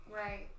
Right